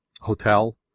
hotel